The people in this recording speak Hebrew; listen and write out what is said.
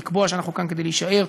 לקבוע שאנחנו כאן כדי להישאר.